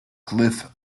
cliff